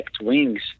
wings